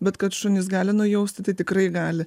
bet kad šunys gali nujausti tai tikrai gali